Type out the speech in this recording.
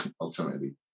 ultimately